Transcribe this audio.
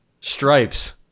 Stripes